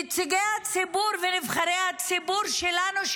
נציגי הציבור ונבחרי הציבור שלנו,